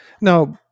Now